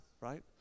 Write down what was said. right